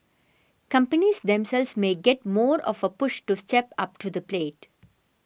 companies themselves may get more of a push to step up to the plate